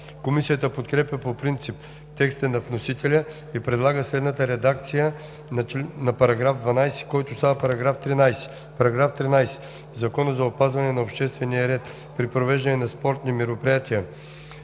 Комисията подкрепя по принцип текста на вносителя и предлага следната редакция на § 12, който става § 13: „§ 13. В Закона за опазване на обществения ред при провеждането на спортни мероприятия